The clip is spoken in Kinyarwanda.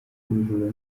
ubujura